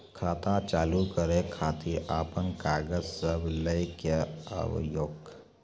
खाता चालू करै खातिर आपन कागज सब लै कऽ आबयोक?